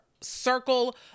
circle